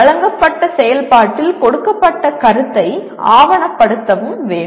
வழங்கப்பட்ட செயல்பாட்டில் கொடுக்கப்பட்ட கருத்தை ஆவணப்படுத்தவும் வேண்டும்